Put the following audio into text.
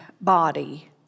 body